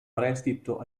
prestito